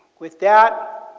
with that,